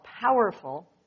powerful